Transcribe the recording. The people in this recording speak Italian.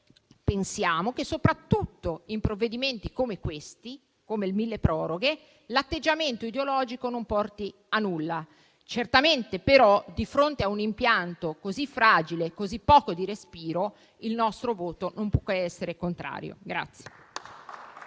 pensiamo che, soprattutto in provvedimenti come il milleproroghe, l'atteggiamento ideologico non porti a nulla. Certamente però, di fronte a un impianto così fragile e di così poco respiro, il nostro voto non può che essere contrario.